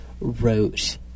wrote